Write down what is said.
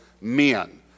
men